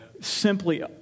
Simply